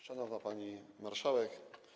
Szanowna Pani Marszałek!